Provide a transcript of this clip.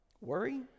worry